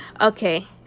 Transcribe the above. okay